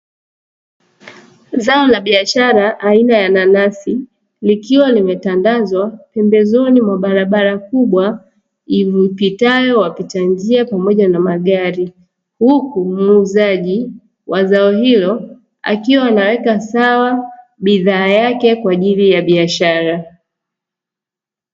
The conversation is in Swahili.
Zao la biashara aina ya nanasi likiwa limetandazwa pembezoni mwa barabara kubwa ipitalo wapita njia pamoja na magari, huku muuzaji wa zao hilo akiwa anaweka sawa bidhaa yake kwa ajili ya biashara.